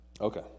Okay